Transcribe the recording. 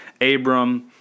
Abram